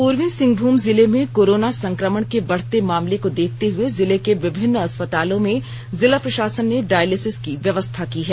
पूर्वी सिंहभूम जिले में कोरोना संक्रमण के बढ़ते मामले को देखते हुए जिले के विभिन्न अस्पतालों में जिला प्रशासन ने डायलिसिस की व्यवस्था की है